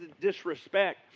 disrespect